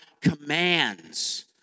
commands